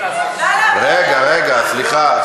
רגע, רגע, סליחה.